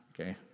okay